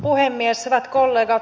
hyvät kollegat